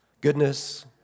goodness